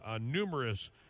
numerous